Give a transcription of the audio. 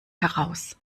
heraus